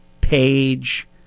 Page